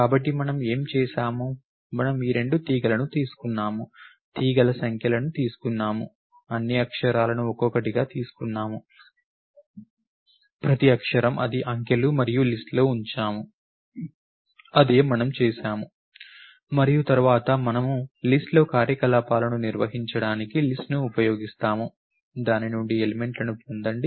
కాబట్టి మనం ఏమి చేసాము మనము ఈ రెండు తీగలను తీసుకున్నాము తీగల సంఖ్యలను తీసుకున్నాము అన్ని అక్షరాలను ఒక్కొక్కటిగా తీసుకున్నాము ప్రతి అక్షరం అది అంకెలు మరియు లిస్ట్ లో ఉంచాము అదే మనము చేసాము మరియు తరువాత మనము లిస్ట్ లో కార్యకలాపాలను నిర్వహించడానికి లిస్ట్ ను ఉపయోగిస్తాము దాని నుండి ఎలిమెంట్లను పొందండి